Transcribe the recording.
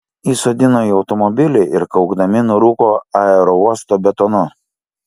įsodino į automobilį ir kaukdami nurūko aerouosto betonu